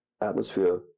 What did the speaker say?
atmosphere